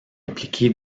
impliqué